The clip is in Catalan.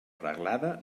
reglada